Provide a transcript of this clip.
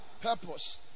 Purpose